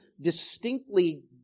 distinctly